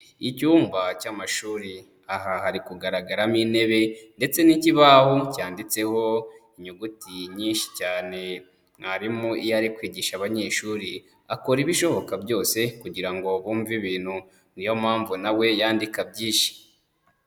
Icyumba cy'amashuri aha hari kugaragaramo intebe ndetse n'ikibaho cyanditseho inyuguti nyinshi cyane, mwarimu iyo ari kwigisha abanyeshuri akora ibishoboka byose kugira ngo bumve ibintu, niyo mpamvu nawe yandika byinshi.